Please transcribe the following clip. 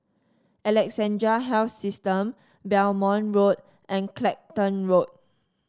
Alexandra Health System Belmont Road and Clacton Road